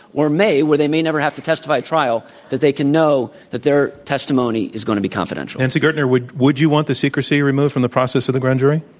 or may, whether they may never have to testify at trial, that they can know that their testimony is going to be confidential. nancy gertner, would would you want the secrecy removed from the process of the grand jury?